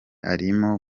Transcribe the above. arimo